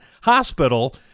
hospital